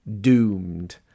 doomed